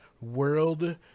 World